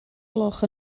gloch